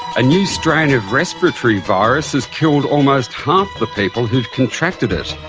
a new strain of respiratory virus has killed almost half the people who have contracted it.